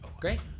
Great